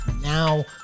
Now